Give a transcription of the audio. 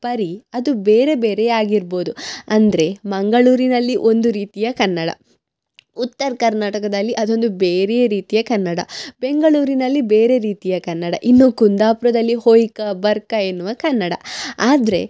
ಪರಿ ಅದು ಬೇರೆ ಬೇರೆ ಆಗಿರ್ಬೋದು ಅಂದರೆ ಮಂಗಳೂರಿನಲ್ಲಿ ಒಂದು ರೀತಿಯ ಕನ್ನಡ ಉತ್ತರ ಕರ್ನಾಟಕದಲ್ಲಿ ಅದೊಂದು ಬೇರೆಯ ರೀತಿಯ ಕನ್ನಡ ಬೆಂಗಳೂರಿನಲ್ಲಿ ಬೇರೆ ರೀತಿಯ ಕನ್ನಡ ಇನ್ನು ಕುಂದಾಪುರದಲ್ಲಿ ಹೊಯ್ಕ ಬರ್ಕ ಎನ್ನುವ ಕನ್ನಡ ಆದರೆ